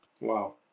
Wow